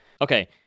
Okay